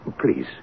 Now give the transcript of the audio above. Please